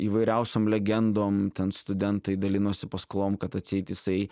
įvairiausiom legendom ten studentai dalinosi paskalom kad atseit jisai